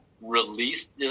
released